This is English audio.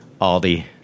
Aldi